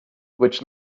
which